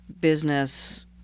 business